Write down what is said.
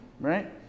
right